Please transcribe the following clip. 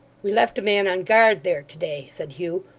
we left a man on guard there to-day said hugh,